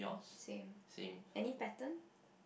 same any pattern